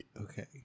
okay